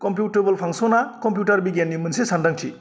computable फांसना computer बिगियाननि मोनसे सानदांथि